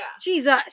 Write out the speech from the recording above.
Jesus